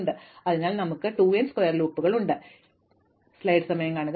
അതിനാൽ ഞങ്ങൾക്ക് 2 n square ലൂപ്പുകൾ ഉണ്ട് അതിനാൽ ഈ മുഴുവൻ കാര്യങ്ങളും ഓർഡർ n സ്ക്വയർ എടുക്കുന്നു